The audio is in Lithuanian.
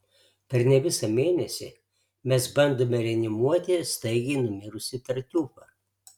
per ne visą mėnesį mes bandome reanimuoti staigiai numirusį tartiufą